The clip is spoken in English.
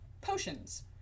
potions